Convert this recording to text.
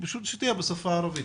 שתהיה בשפה הערבית.